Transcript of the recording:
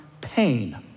pain